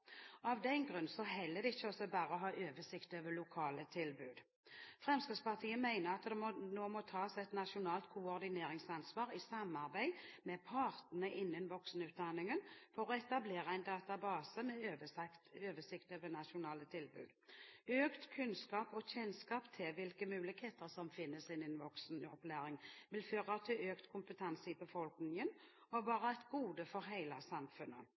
Av den grunn holder det ikke bare å ha oversikt over lokale tilbud. Fremskrittspartiet mener at det nå må tas et nasjonalt koordineringsansvar – i samarbeid med partene innen voksenutdanningen – for å etablere en database med oversikt over nasjonale tilbud. Økt kunnskap om og kjennskap til hvilke muligheter som finnes innen voksenopplæringen, vil føre til økt kompetanse i befolkningen og være et gode for hele samfunnet.